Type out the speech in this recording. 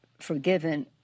forgiven